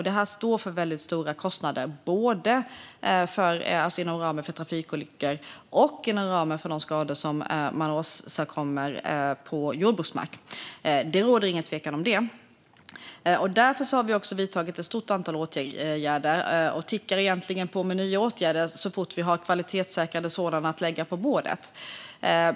Det står för väldigt stora kostnader både inom ramen för trafikolyckor och inom ramen för de skador som vildsvinen åstadkommer på jordbruksmark. Det råder ingen tvekan om det. Därför har vi också vidtagit ett stort antal åtgärder, och vi tickar egentligen på med nya åtgärder så fort vi har kvalitetssäkrade sådana att lägga på bordet.